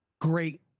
Great